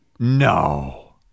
No